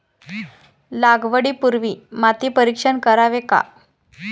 लागवडी पूर्वी माती परीक्षण करावे का?